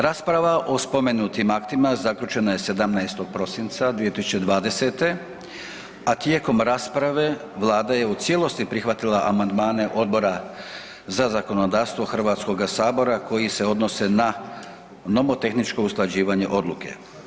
Rasprava o spomenutim aktima zaključena je 17. prosinca 2020. a tijekom rasprave Vlada je u cijelosti prihvatila amandmane Odbora za zakonodavstvo Hrvatskoga sabora koji se odnose na novotehničko usklađivanje odluke.